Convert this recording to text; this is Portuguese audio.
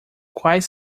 quais